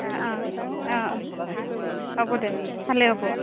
অ অঁ অঁ অঁ হ'ব দে ভালে হ'ব